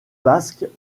basques